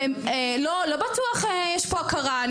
לא בטוח שיש פה הכרה.